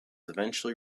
eventually